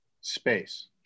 space